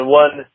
one